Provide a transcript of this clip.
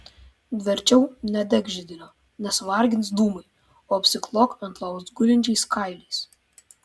verčiau nedek židinio nes vargins dūmai o apsiklok ant lovos gulinčiais kailiais